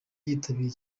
yitabiriye